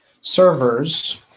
servers